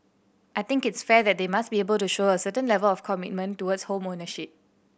I think it's fair that they must be able to show a certain level of commitment towards home ownership